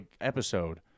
episode